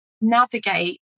navigate